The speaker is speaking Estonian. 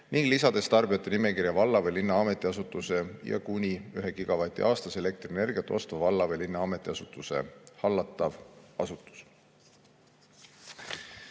ning lisades tarbijate nimekirja valla või linna ametiasutuse ja aastas kuni 1 gigavatt-tundi elektrienergiat ostva valla või linna ametiasutuse hallatava asutuse.